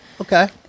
Okay